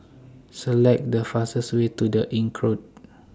Select The fastest Way to The Inncrowd